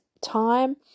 time